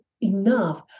enough